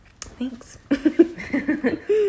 Thanks